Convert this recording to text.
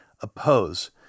oppose